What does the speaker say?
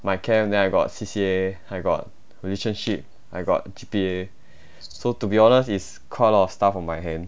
my camp and then I got C_C_A I got relationship I got G_P_A so to be honest is quite a lot of stuff on my hand